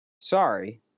sorry